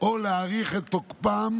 או להאריך את תוקפם,